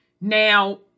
Now